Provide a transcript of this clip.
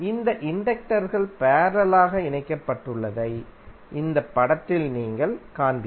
இந்த இண்டக்டர் கள் பேரலலாக இணைக்கப்பட்டுள்ளதை இந்த படத்தில் நீங்கள் காண்பீர்கள்